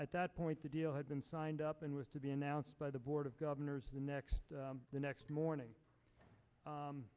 at that point the deal had been signed up and was to be announced by the board of governors the next the next morning